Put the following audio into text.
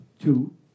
Two